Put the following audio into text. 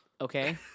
Okay